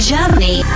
Germany